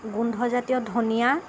গোন্ধজাতীয় ধনীয়া